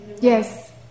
Yes